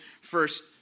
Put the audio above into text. first